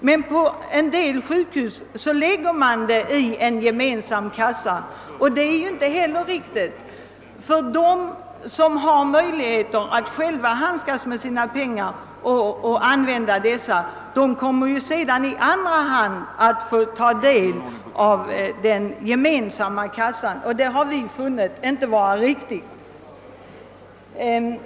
Men på en del sjukhus lägger man pengarna i en gemensam kassa, och det är ju inte heller riktigt, ty de som har möjligheter att själva handskas med sina pengar och använda dem kommer sedan också att få del av den gemensamma kassan, vilket vi inte ansett vara riktigt.